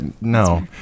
no